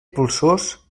polsós